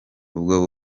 ubwo